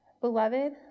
Beloved